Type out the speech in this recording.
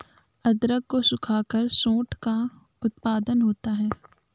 अदरक को सुखाकर सोंठ का उत्पादन होता है